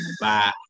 Bye